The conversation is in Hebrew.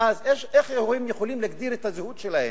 ואז, איך הם יכולים להגדיר את הזהות שלהם?